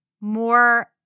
more –